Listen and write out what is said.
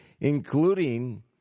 including